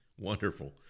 Wonderful